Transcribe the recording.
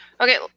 Okay